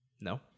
No